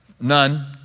None